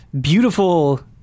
beautiful